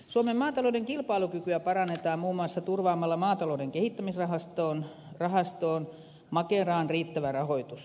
suomen maatalouden kilpailukykyä parannetaan muun muassa turvaamalla maatalouden kehittämisrahastoon makeraan riittävä rahoitus